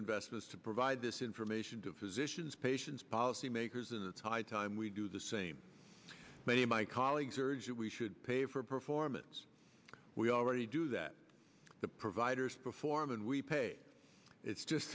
investments to provide this information to physicians patients policymakers and it's high time we do the same many of my colleagues urged that we should pay for performance we already do that the providers perform and we pay it's just